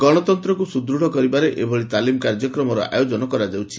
ଗଣତନ୍ତକୁ ସୁଦୃତ୍ କରିବାରେ ଏଭଳି ତାଲିମ୍ କାର୍ଯ୍ୟକ୍ରମର ଆୟୋଜନ କରାଯାଉଛି